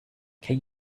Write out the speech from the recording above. can